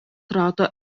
rato